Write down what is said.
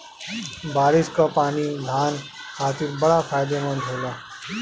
बारिस कअ पानी धान खातिर बड़ा फायदेमंद होला